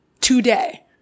today